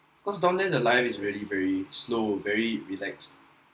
because down there the life is really very slow very relaxed